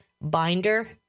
binder